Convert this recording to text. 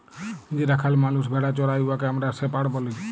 যে রাখাল মালুস ভেড়া চরাই উয়াকে আমরা শেপাড় ব্যলি